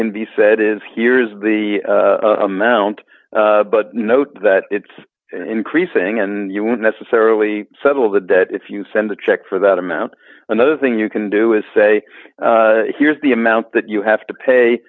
can be said is here's the amount but note that it's increasing and you won't necessarily settle the debt if you send a check for that amount another thing you can do is say here's the amount that you have to pay